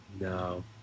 No